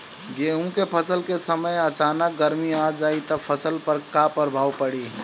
गेहुँ के फसल के समय अचानक गर्मी आ जाई त फसल पर का प्रभाव पड़ी?